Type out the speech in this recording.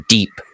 Deep